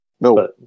No